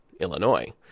Illinois